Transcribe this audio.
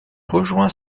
rejoint